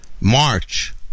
march